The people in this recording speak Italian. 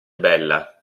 bella